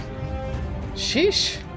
Sheesh